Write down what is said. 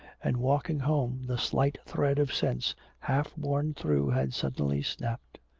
and walking home the slight thread of sense half worn through had suddenly snapped.